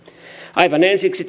aivan ensiksi